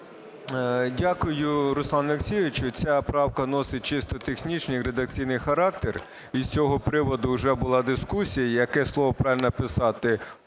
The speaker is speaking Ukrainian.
Дякую, Руслане Олексійовичу. Ця правка носить чисто технічний і редакційний характер. Із цього приводу вже була дискусія, яке слово правильно писати